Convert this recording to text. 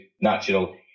natural